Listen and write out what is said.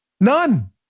None